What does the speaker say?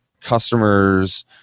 customers